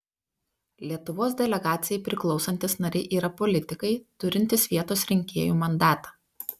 lietuvos delegacijai priklausantys nariai yra politikai turintys vietos rinkėjų mandatą